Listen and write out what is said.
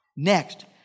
Next